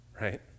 right